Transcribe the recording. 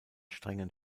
strengen